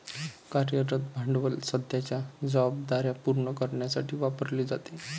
कार्यरत भांडवल सध्याच्या जबाबदार्या पूर्ण करण्यासाठी वापरले जाते